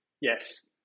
Yes